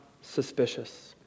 suspicious